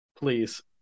Please